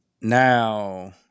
now